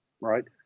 right